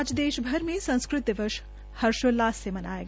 आज देशभर में संस्कृत दिवस हर्षोल्लास से मनाया गया